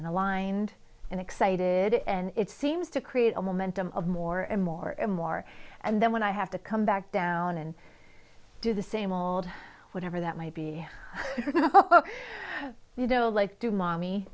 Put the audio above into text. and aligned and excited and it seems to create a momentum of more and more and more and then when i have to come back down and do the same old whatever that might be you know like d